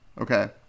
okay